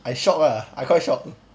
I shock ah I quite shock